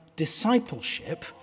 discipleship